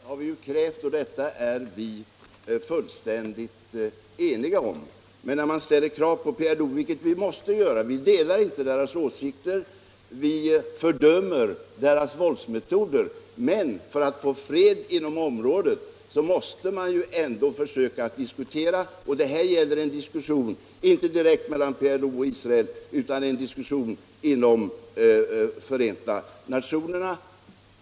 Herr talman! Ja, men detta har ju Sverige krävt, och detta är vi fullständigt eniga om. Vi ställer krav på PLO. Det måste vi göra — vi delar inte PLO:s åsikter och vi fördömer PLO:s våldsmetoder. Men för att få fred inom området måste man ju ändå försöka diskutera, och här gäller det inte en diskussion direkt mellan PLO och Israel utan en diskussion inom Förenta nationerna.